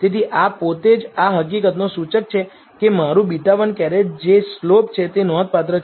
તેથી આ પોતે જ આ હકીકતનો સૂચક છે કે મારું β̂ 1 જે સ્લોપ છે તે નોંધપાત્ર છે